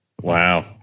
Wow